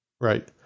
Right